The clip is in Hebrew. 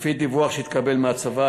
לפי דיווח שהתקבל מהצבא,